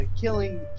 Killing